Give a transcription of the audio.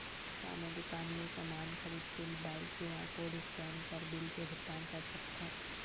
का मैं दुकान ले समान खरीद के मोबाइल क्यू.आर कोड स्कैन कर बिल के भुगतान कर सकथव?